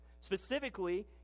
Specifically